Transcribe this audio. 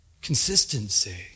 consistency